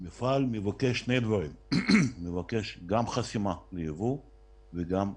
המפעל מבקש שני דברים: מבקש גם חסימת ייבוא וגם מענק.